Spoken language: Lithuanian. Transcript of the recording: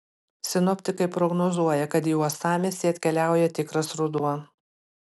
sinoptikai prognozuoja kad į uostamiestį atkeliauja tikras ruduo